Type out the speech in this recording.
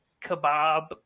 kebab